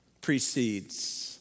precedes